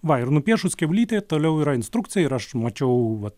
va ir nupiešus kiaulytę toliau yra instrukcija ir aš mačiau va